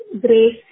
grace